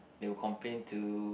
they will complain to